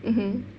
mmhmm